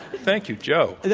thank you. joe.